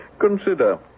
Consider